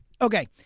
Okay